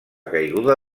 caiguda